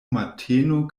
mateno